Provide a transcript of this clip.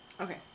Okay